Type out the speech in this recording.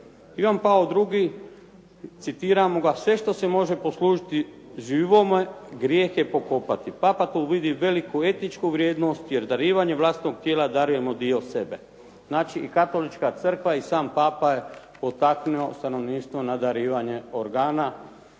Ivan Pavao II, citiram ga: "Sve što se može poslužiti živome, grijeh je pokopati." Papa tu vidi veliku etičku vrijednost, jer darivanjem vlastitog tijela darujemo dio sebe. Znači i katolička crkva i sam papa je potaknuo stanovništvo na darivanje organa.